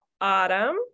autumn